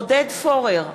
עודד פורר,